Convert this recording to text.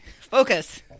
focus